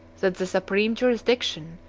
that the supreme jurisdiction,